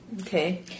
Okay